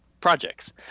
projects